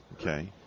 okay